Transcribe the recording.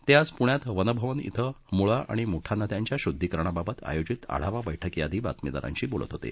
ते आज पृण्यात वन भवन इथं मुळा आणि मुठा नद्यांच्या शुद्धीकरणाबाबत आयोजित आढावा बैठकीआधी बातमीदारांशी बोलत होते